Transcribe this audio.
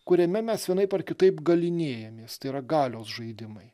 kuriame mes vienaip ar kitaip galynėjamės tai yra galios žaidimai